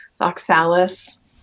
oxalis